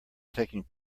taking